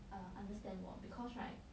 uh understand 我 because right